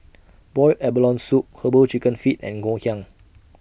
boiled abalone Soup Herbal Chicken Feet and Ngoh Hiang